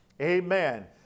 Amen